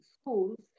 schools